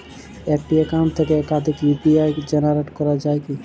একটি অ্যাকাউন্ট থেকে একাধিক ইউ.পি.আই জেনারেট করা যায় কি?